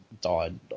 died